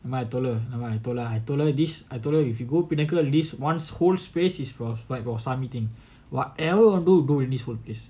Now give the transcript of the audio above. never mind I told her nevermind I told her ah this I told her if you go pinnacle like this once full space is provide your wasami thing whatever you want to do don't worry about this whole place